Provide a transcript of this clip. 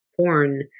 porn